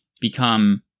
become